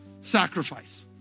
sacrifice